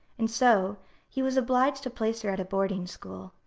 and so he was obliged to place her at a boarding-school,